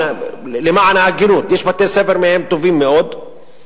למען ההגינות, יש בהם בתי-ספר טובים מאוד,